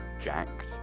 jacked